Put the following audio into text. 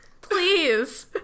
please